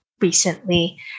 recently